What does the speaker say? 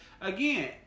again